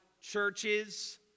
churches